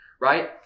right